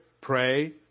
pray